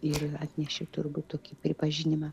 ir atnešė turbūt tokį pripažinimą